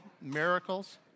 miracles